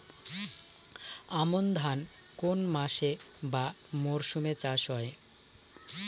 আমন ধান কোন মাসে বা মরশুমে চাষ হয়?